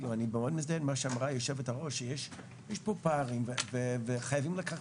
אמרה יושבת הראש שיש כאן פערים וחייבים לקחת